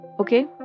Okay